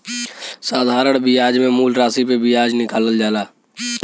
साधारण बियाज मे मूल रासी पे बियाज निकालल जाला